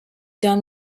done